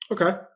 Okay